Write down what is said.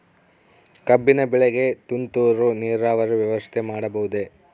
ಕಬ್ಬಿನ ಬೆಳೆಗೆ ತುಂತುರು ನೇರಾವರಿ ವ್ಯವಸ್ಥೆ ಮಾಡಬಹುದೇ?